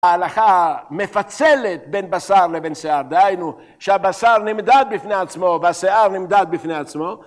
ההלכה מפצלת בין בשר לבין שיער, דהיינו שהבשר נמדד בפני עצמו והשיער נמדד בפני עצמו